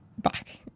back